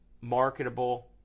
marketable